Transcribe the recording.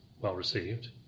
well-received